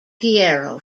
piero